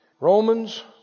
Romans